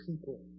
people